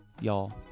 y'all